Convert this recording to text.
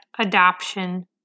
adoption